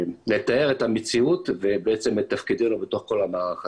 לתאר את המציאות ובעצם את תפקידנו בתוך כל המערך הזה.